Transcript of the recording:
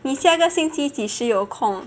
你下个星期几时有空